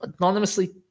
anonymously